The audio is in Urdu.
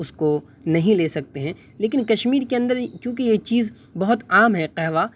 اس کو نہیں لے سکتے ہیں لیکن کشمیر کے اندر کیوںکہ یہ چیز بہت عام ہے قہوہ